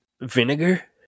vinegar